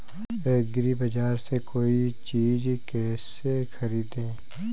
एग्रीबाजार से कोई चीज केसे खरीदें?